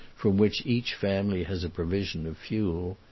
from which each family has a provision of fuel.